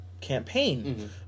campaign